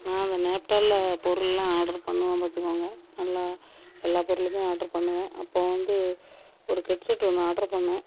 நான் இந்த நேப்டாலில் பொருள் எல்லாம் ஆர்டர் பண்ணுவேன் பார்த்துக்கோங்க நல்லா எல்லா பொருளுமே ஆர்டர் பண்ணுவேன் அப்போ வந்து ஒரு ஹெட் செட் ஒன்று ஆர்டர் பண்ணேன்